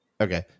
Okay